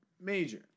major